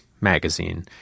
magazine